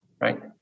right